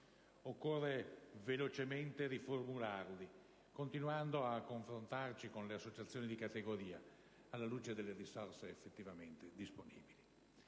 Occorre velocemente riformularli, continuando a confrontarci con le associazioni di categoria, alla luce delle risorse effettivamente disponibili.